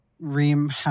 Reem